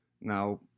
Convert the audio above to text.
now